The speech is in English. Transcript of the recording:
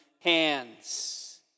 hands